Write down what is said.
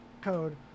code